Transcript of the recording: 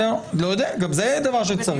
אני לא יודע, גם זה דבר שצריך...